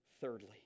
Thirdly